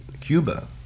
Cuba